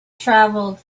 travelled